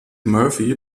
murphy